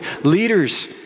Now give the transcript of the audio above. Leaders